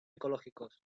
ecológicos